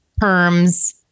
perms